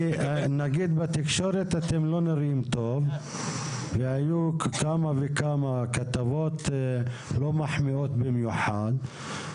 בתקשורת אתם לא נראים טוב והיו כמה וכמה כתבות לא מחמיאות במיוחד,